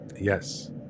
yes